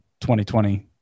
2020